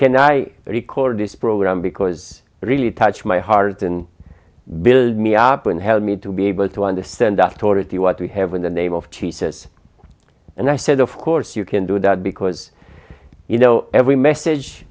can i record this program because really touch my heart and build me up and help me to be able to understand that order to what we have in the name of jesus and i said of course you can do that because you know every message